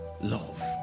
love